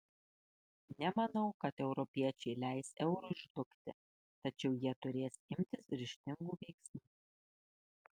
nemanau kad europiečiai leis eurui žlugti tačiau jie turės imtis ryžtingų veiksmų